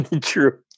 True